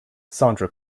sandra